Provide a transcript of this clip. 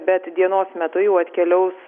bet dienos metu jau atkeliaus